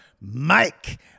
Mike